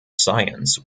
science